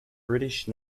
british